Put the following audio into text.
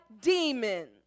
demons